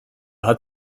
hat